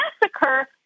massacre